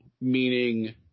meaning